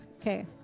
Okay